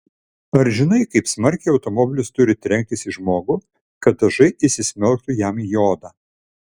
ar žinai kaip smarkiai automobilis turi trenktis į žmogų kad dažai įsismelktų jam į odą